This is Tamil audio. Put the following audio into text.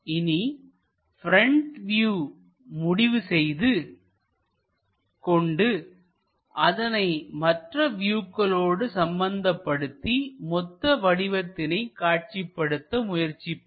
இனி ப்ரெண்ட் வியூ முடிவு செய்து கொண்டு அதனை மற்ற வியூக்களோடு சம்பந்தப்படுத்தி மொத்த வடிவத்தினை காட்சிப்படுத்த முயற்சிப்போம்